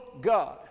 God